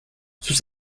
sus